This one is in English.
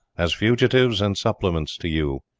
as fugitives and suppliants to you.